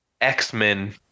x-men